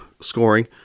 scoring